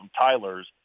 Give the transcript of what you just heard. Tyler's